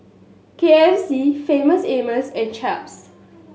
K F C Famous Amos and Chaps